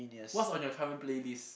what's on your current playlist